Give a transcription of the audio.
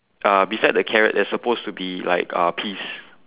uh beside the carrot there's supposed to be like uh peas